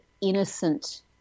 innocent